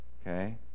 Okay